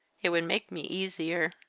it would make me easier.